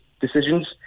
decisions